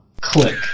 Click